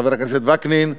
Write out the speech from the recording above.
חבר הכנסת וקנין,